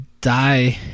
die